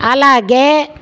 అలాగే